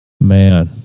Man